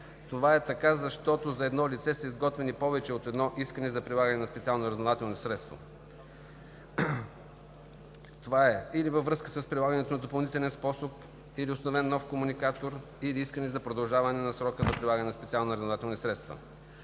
Това е така, защото за едно лице са изготвени повече от едно искания за прилагане на специални разузнавателни средства – или във връзка с прилагането на допълнителен способ, или установен нов комуникатор, или искане за продължаване на срока за прилагане на специални разузнавателни средства.